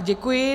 Děkuji.